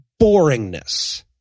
boringness